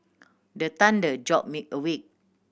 the thunder jolt me awake